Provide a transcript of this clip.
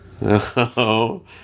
No